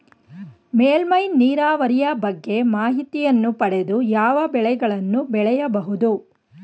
ಮೇಲ್ಮೈ ನೀರಾವರಿಯ ಬಗ್ಗೆ ಮಾಹಿತಿಯನ್ನು ಪಡೆದು ಯಾವ ಬೆಳೆಗಳನ್ನು ಬೆಳೆಯಬಹುದು?